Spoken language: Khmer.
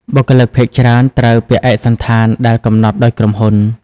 បុគ្គលិកភាគច្រើនត្រូវពាក់ឯកសណ្ឋានដែលកំណត់ដោយក្រុមហ៊ុន។